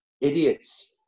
idiots